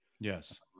Yes